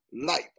life